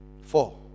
Four